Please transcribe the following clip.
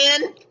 man